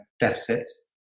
deficits